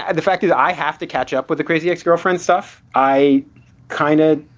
and the fact is i have to catch up with the crazy ex-girlfriend stuff i kind of